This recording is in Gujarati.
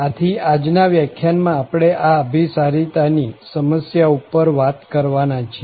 આથી આજના વ્યાખ્યાનમાં આપણે આ અભીસરિતાની સમસ્યા ઉપર વાત કરવાના છીએ